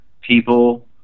people